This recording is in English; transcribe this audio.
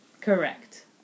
Correct